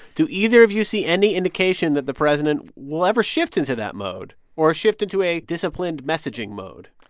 do either of you see any indication that the president will ever shift into that mode or shift into a disciplined-messaging mode?